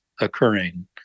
occurring